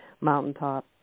mountaintop